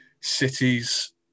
cities